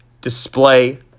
display